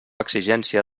exigència